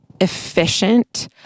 efficient